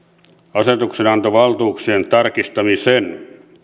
asetuksenantovaltuuksien tarkistamisen